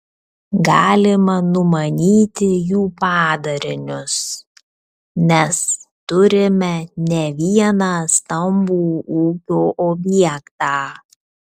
galima numanyti jų padarinius nes turime ne vieną stambų ūkio objektą